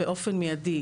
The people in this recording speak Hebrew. באופן מיידי,